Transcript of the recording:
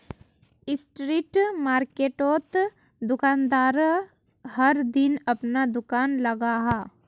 street मार्किटोत दुकानदार हर दिन अपना दूकान लगाहा